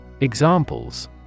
Examples